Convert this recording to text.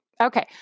Okay